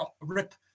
rip